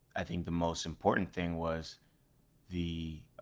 i think the most important thing was the